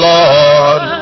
Lord